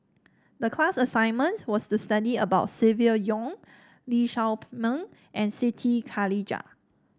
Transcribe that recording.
the class assignment was to study about Silvia Yong Lee Shao Meng and Siti Khalijah